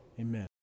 Amen